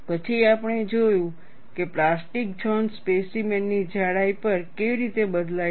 પછી આપણે જોયું કે પ્લાસ્ટિક ઝોન સ્પેસીમેન ની જાડાઈ પર કેવી રીતે બદલાય છે